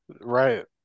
right